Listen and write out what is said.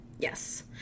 Yes